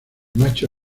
macho